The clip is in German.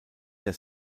der